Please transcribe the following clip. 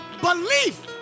Belief